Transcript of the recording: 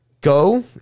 go